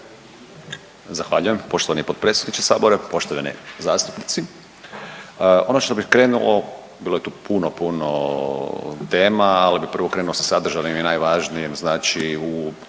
Zahvaljujem poštovani potpredsjedniče Sabora, poštovani zastupnici. Ono što bih krenuo, bilo je tu puno, puno tema, ali bih prvo krenuo sa sadržajnim i najvažnijim, znači u,